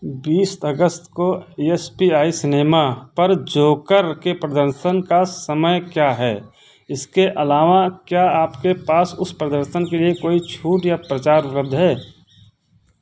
बीस अगस्त को एस पी आई सिनेमा पर जोकर के प्रदर्शन का समय क्या है इसके अलावा क्या आपके पास उस प्रदर्शन के लिए कोई छूट या प्रचार उपलब्ध हैं